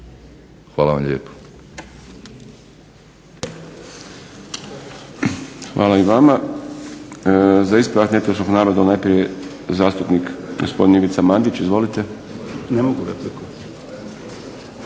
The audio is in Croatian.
Hvala vam lijepo.